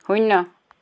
শূণ্য